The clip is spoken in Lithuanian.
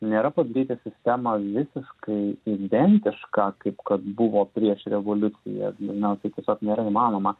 nėra padaryti sistemą visiškai identiška kaip kad buvo prieš revoliuciją na tai tiesiog nėra įmanoma